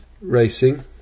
racing